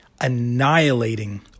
annihilating